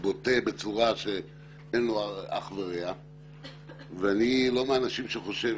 בוטה בצורה שאין לה אח ורע ואני לא מהאנשים שחושב